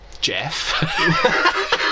jeff